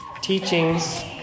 teachings